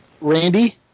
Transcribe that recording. Randy